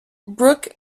brook